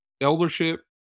eldership